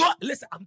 Listen